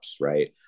right